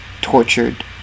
tortured